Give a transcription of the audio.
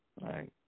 right